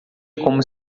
como